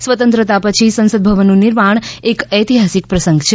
સ્વતંત્રતા પછી સંસદભવનનું નિર્માણ એક ઐતિહાસિક પ્રસંગ છે